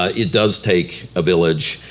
ah it does take a village.